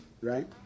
Right